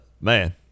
Man